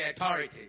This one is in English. authority